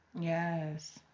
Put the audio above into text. yes